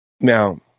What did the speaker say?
Now